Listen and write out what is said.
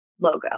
logo